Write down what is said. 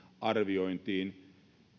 arviointiin